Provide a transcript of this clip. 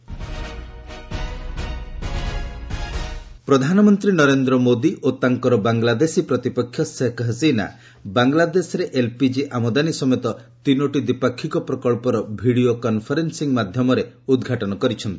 PM Hasina ପ୍ରଧାନମନ୍ତ୍ରୀ ନରେନ୍ଦ୍ର ମୋଦି ଓ ତାଙ୍କର ବାଂଲାଦେଶୀ ପ୍ରତିପକ୍ଷ ସେଖ୍ ହସିନା ବାଂଲାଦେଶରେ ଏଲ୍ପିଜି ଆମଦାନୀ ସମେତ ତିନୋଟି ଦ୍ୱିପାକ୍ଷିକ ପ୍ରକଳ୍ପର ଭିଡିଓ କନ୍ଫରେନ୍ସିଂ ମାଧ୍ୟମରେ ଉଦ୍ଘାଟନ କରିଛନ୍ତି